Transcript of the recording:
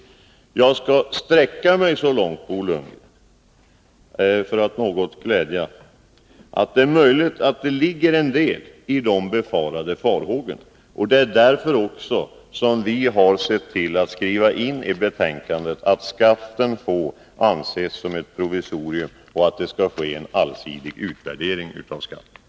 För att något glädja Bo Lundgren skall jag sträcka mig så långt, att det är möjligt att det ligger en del i farhågorna. Det är därför vi har skrivit in i betänkandet att skatten får anses vara ett provisorium och att det skall ske en allsidig utvärdering av skatten.